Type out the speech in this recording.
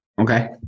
Okay